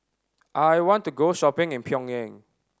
I want to go shopping in Pyongyang